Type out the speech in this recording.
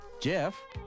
Jeff